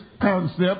concept